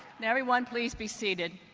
now everyone please be seated.